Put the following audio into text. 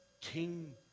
King